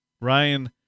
Ryan